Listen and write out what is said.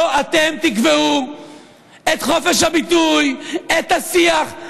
לא אתם תקבעו את חופש הביטוי, את השיח.